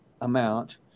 amount